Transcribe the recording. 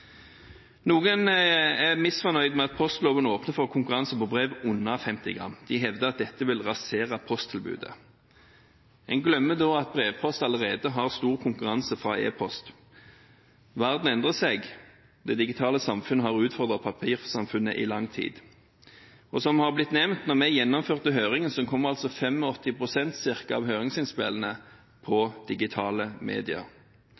Noen er misfornøyd med at postloven åpner for konkurranse på brev under 50 gram, de hevder at dette vil rasere posttilbudet. En glemmer da at brevpost allerede har stor konkurranse fra e-post. Verden endrer seg. Det digitale samfunnet har utfordret papirsamfunnet i lang tid. Som det ble nevnt da vi gjennomførte høringen, kom altså ca. 85 pst. av høringsinnspillene via digitale medier.